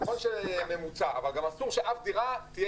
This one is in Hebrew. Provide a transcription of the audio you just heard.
נכון שיהיה ממוצע אבל אסור שאף דירה תהיה